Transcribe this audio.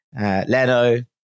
Leno